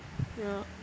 ya